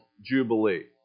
Jubilee